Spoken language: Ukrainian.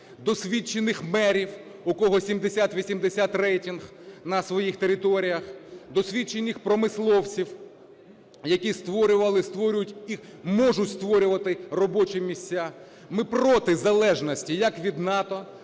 досвідчених мерів, у кого 70-80 рейтинг на своїх територіях, досвідчених промисловців, які створювали і створюють, і можуть створювати робочі місця. Ми проти залежності як від НАТО,